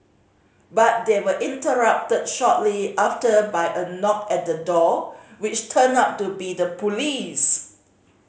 but they were interrupted shortly after by a knock at the door which turned out to be the police